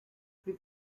plus